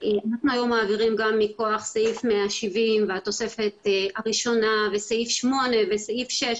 אנחנו היום מעבירים גם מכוח סעיף 170 והתוספת הראשונה וסעיף 8 וסעיף 6,